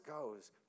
goes